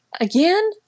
again